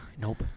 nope